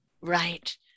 right